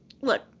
Look